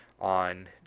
on